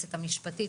היועצת המשפטית,